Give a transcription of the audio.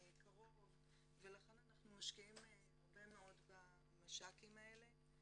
קרוב, ולכן אנחנו משקיעים הרבה מאוד במש"קים האלה.